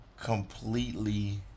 completely